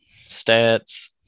Stats